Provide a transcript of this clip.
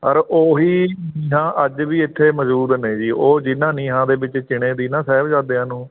ਪਰ ਉਹੀ ਨੀਹਾਂ ਅੱਜ ਵੀ ਇੱਥੇ ਮੌਜੂਦ ਨੇ ਜੀ ਉਹ ਜਿੰਨਾਂ ਨੀਹਾਂ ਦੇ ਵਿੱਚ ਚਿਣੇ ਤੀ ਨਾ ਸਾਹਿਬਜ਼ਾਦਿਆਂ ਨੂੰ